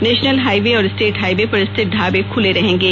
national highway और state highway पर स्थित ढाबे खुले रहेंगे